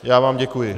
Já vám děkuji.